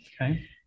Okay